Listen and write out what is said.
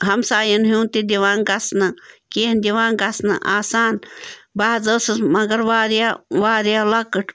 ہمسایَن ہُنٛد تہِ دِوان گژھنہٕ کیٚنٛہہ دِوان گژھنہٕ آسان بہٕ حظ ٲسٕس مگر واریاہ واریاہ لۄکٕٹ